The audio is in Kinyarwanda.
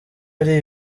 ari